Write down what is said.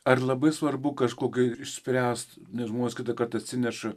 ar labai svarbu kažkokį išspręst nes žmonės kitąkart atsineša